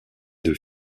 deux